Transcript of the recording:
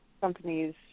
companies